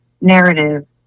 narrative